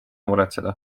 muretseda